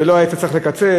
לא היית צריך לקצץ,